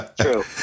true